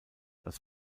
als